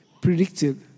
predicted